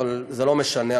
אבל זה לא משנה,